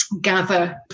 gather